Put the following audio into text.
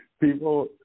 people